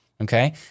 okay